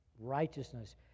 righteousness